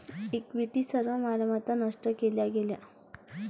equity सर्व मालमत्ता नष्ट केल्या गेल्या